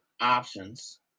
options